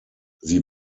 sie